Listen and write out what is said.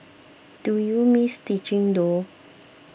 do you miss teaching though